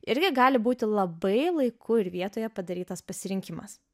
irgi gali būti labai laiku ir vietoje padarytas pasirinkimas